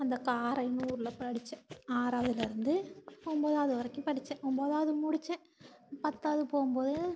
அந்த காரைனு ஊரில் படித்தேன் ஆறாவதிலேருந்து ஒன்போதாவது வரைக்கும் படித்தேன் ஒன்போதாவது முடித்தேன் பத்தாவது போகும்போது